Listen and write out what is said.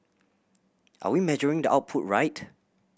are we measuring the output right